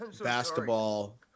basketball